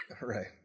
Right